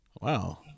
Wow